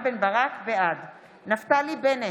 בעד נפתלי בנט,